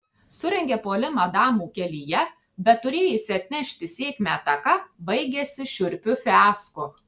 surengia puolimą damų kelyje bet turėjusi atnešti sėkmę ataka baigiasi šiurpiu fiasko